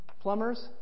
Plumbers